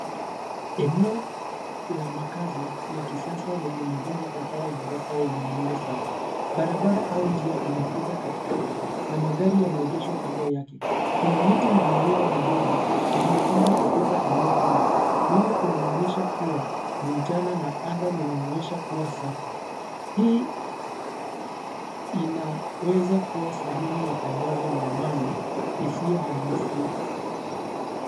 Eneo la makazi ya kisasa lenye majengo kadhaa ya ghorofa yenye muundo sawa. Barabara au njia inapita katikati, na magari yameegeshwa kando yake. Kuna miti na mimea midogo, iliyopandwa katika eneo hilo. Mwanga unaonyesha kuwa ni mchana na anga linaonyesha kuwa safi. Hii, inaweza kuwa sehemu ya tangazo la mali isiyo hamisika.